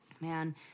Man